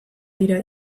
dira